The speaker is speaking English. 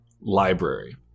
library